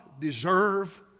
deserve